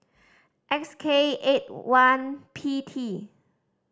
X K eight one P T